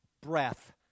breath